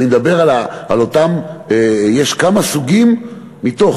יש כמה סוגים מתוך